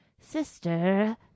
Sister